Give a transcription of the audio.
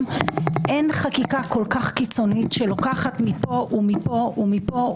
אין חקיקה כל כך קיצונית שלוקחת מפה ומפה.